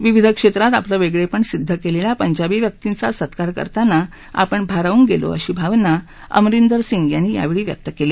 विविध क्षेत्रातीआपला वेगळेपण सिद्ध केलेल्या पद्धीबी व्यक्तींचा सत्कार करताना आपण भारावून गेलो अशी भावना अमरिद्ध सिद्ध प्रासी यावेळी व्यक्त केली